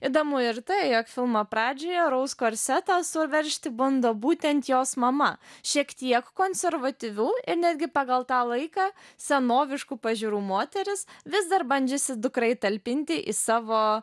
įdomu ir tai jog filmo pradžioje rouz korsetą suveržti bando būtent jos mama šiek tiek konservatyvių ir netgi pagal tą laiką senoviškų pažiūrų moteris vis dar bandžiusi dukrą įtalpinti į savo